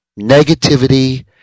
negativity